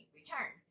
return